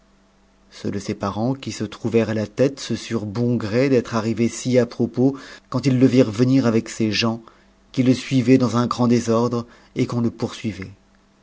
ceux de ses parents qui se trouvèrent à la tête se surent bon gré d'être arrivés si à propos quand ils le virent venir ec ses gens qui le suivaient dans un grand désordre et qu'on le